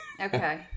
okay